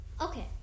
Okay